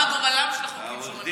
מה גורלם של החוקים שהוא מנסח.